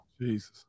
Jesus